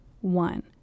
one